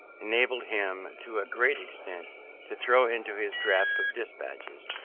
enabled him to a great extent to throw into his drafts of despatches,